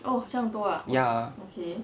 ya